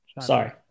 Sorry